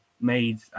made